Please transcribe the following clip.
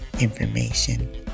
information